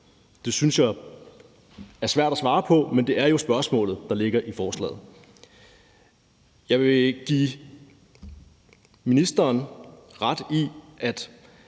Det synes jeg er svært at svare på, men det er jo spørgsmålet, der ligger i forslaget. Jeg vil give ministeren ret i, at